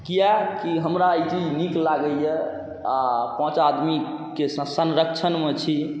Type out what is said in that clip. कियाकि हमरा ई चीज नीक लागैए आओर पाँच आदमीके संरक्षणमे छी